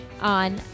on